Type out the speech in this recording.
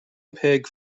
mpeg